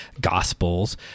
Gospels